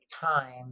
time